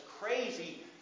crazy